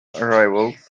arrivals